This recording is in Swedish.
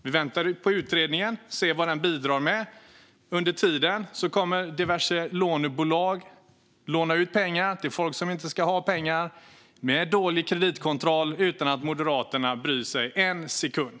Vi väntar på utredningen för att se vad den kan bidra med. Under tiden kommer diverse lånebolag att med hjälp av dålig kreditkontroll låna ut pengar till folk som inte ska ha pengar utan att Moderaterna bryr sig en sekund.